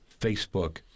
Facebook